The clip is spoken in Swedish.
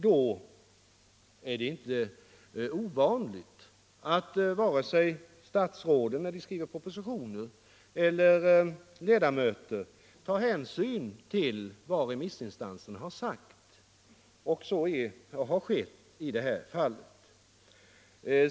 Då är det inte ovanligt att statsråden, när de skriver propositioner, eller ledamöter tar hänsyn till vad remissinstanserna har sagt, och så har skett i det här fallet.